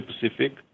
Pacific